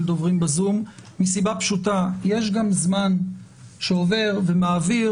דוברים בזום מסיבה פשוטה שיש גם זמן שעובר ומעביר.